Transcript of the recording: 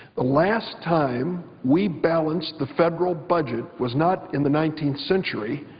the last time we balanced the federal budget was not in the nineteenth century.